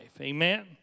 Amen